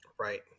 Right